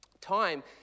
Time